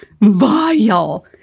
vile